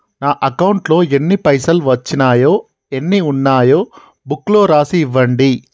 నా అకౌంట్లో ఎన్ని పైసలు వచ్చినాయో ఎన్ని ఉన్నాయో బుక్ లో రాసి ఇవ్వండి?